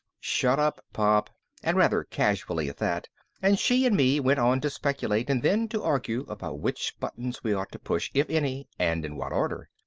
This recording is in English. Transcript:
shut up, pop and rather casually at that and she and me went on to speculate and then to argue about which buttons we ought to push, if any and in what order.